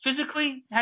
physically